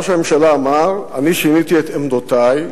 ראש הממשלה אמר: אני שיניתי את עמדותי,